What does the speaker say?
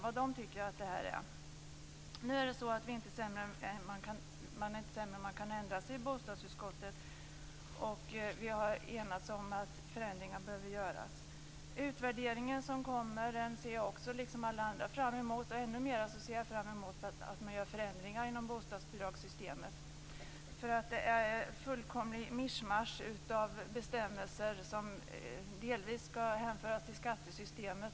Vi i bostadsutskottet är inte sämre att vi kan ändra oss, och vi har enats om att förändringar behöver göras. Den utvärdering som kommer ser jag, liksom alla andra, fram emot. Jag ser ännu mera fram emot att man gör förändringar inom bostadsbidragssystemtet. Det är ett fullkomligt mischmasch av bestämmelser, som delvis skall hänföras till skattesystemet.